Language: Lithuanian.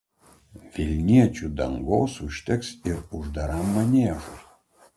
vilniečių dangos užteks ir uždaram maniežui